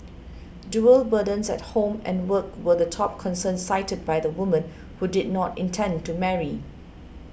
dual burdens at home and work were the top concern cited by the women who did not intend to marry